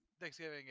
Thanksgiving